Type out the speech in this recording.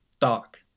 dark